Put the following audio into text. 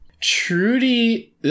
Trudy